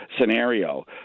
scenario